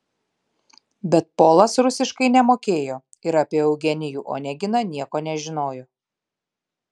bet polas rusiškai nemokėjo ir apie eugenijų oneginą nieko nežinojo